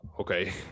Okay